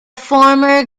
former